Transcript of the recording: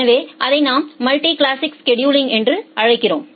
எனவே அதை நாம் மல்டி கிளாஸ் ஸ்செடுலிங் என்று அழைக்கிறோம்